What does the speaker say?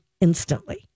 instantly